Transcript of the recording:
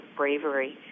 bravery